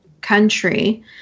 country